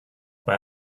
bei